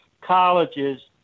colleges